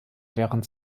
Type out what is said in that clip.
während